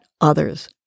others